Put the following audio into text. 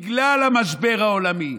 בגלל המשבר העולמי,